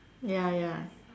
ya ya